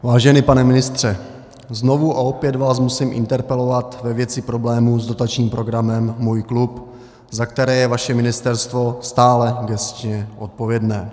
Vážený pane ministře, znovu a opět vás musím interpelovat ve věci problémů s dotačním programem Můj klub, za které je vaše ministerstvo stále gesčně odpovědné.